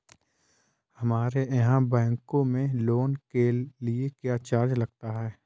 हमारे यहाँ बैंकों में लोन के लिए क्या चार्ज लगता है?